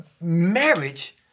Marriage